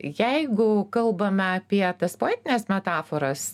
jeigu kalbame apie tas poetines metaforas